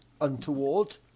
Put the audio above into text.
untoward